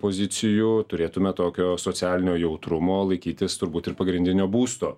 pozicijų turėtume tokio socialinio jautrumo laikytis turbūt ir pagrindinio būsto